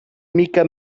mica